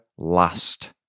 last